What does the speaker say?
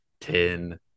ten